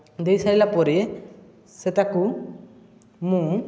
ଦେଇସାରିଲା ପରେ ସେଟାକୁ ମୁଁ